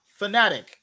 Fnatic